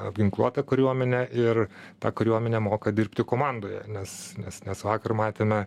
apginkluotą kariuomenę ir ta kariuomenė moka dirbti komandoje nes nes nes vakar matėme